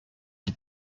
qui